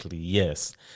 yes